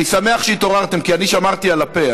אני שמח שהתעוררתם, כי אני שמרתי על הפה.